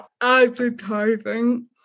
advertising